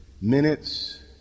minutes